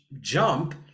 jump